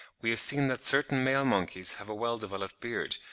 we have seen that certain male monkeys have a well-developed beard,